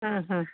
हां हां